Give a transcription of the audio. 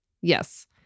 Yes